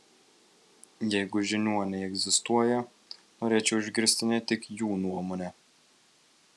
jeigu žiniuoniai egzistuoja norėčiau išgirsti ne tik jų nuomonę